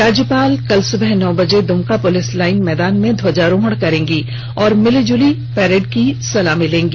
राज्यपाल कल सुबह नौ बजे दुमका पुलिस लाइन मैदान में ध्वजारोहण करेगी और मिली जुली पैरेड की सलामी लेंगी